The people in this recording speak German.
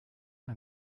ein